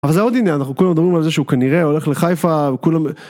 אבל זה עוד עניין, אנחנו כולנו מדברים על זה שהוא כנראה הולך לחיפה... וכולם...